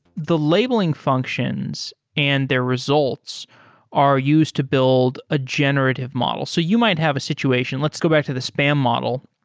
the labeling functions and their results are used to build a generative model. so you might have a situation, let's go back to the spam model.